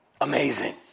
Amazing